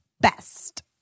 best